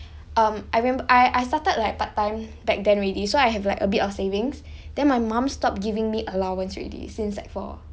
um I rememb~ I I started like part time back then already so I have like a bit of savings then my mum stopped giving me allowance already since sec four